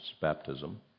baptism